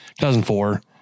2004